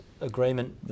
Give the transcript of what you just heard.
agreement